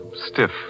stiff